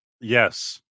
Yes